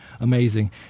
amazing